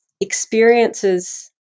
experiences